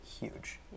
huge